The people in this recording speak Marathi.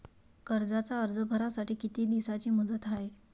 कर्जाचा अर्ज भरासाठी किती दिसाची मुदत हाय?